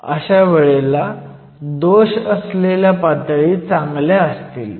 अश वेळेला दोष असलेल्या पातळी चांगल्या असतील